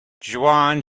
juan